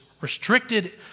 restricted